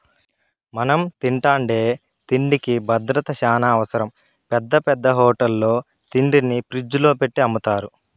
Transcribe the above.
మనం తింటాండే తిండికి భద్రత చానా అవసరం, పెద్ద పెద్ద హోటళ్ళల్లో తిండిని ఫ్రిజ్జుల్లో పెట్టి అమ్ముతారు